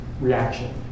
reaction